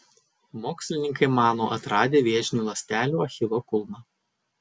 mokslininkai mano atradę vėžinių ląstelių achilo kulną